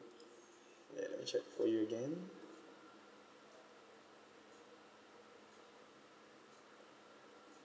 okay let me check for you again